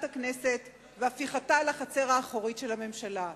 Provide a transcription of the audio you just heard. הכנסת ולהפיכתה לחצר האחורית של הממשלה.